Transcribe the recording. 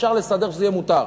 אפשר לסדר שזה יהיה מותר.